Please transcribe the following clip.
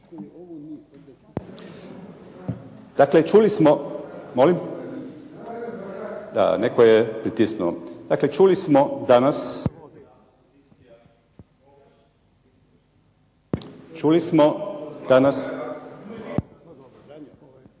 čuli smo danas